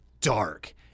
dark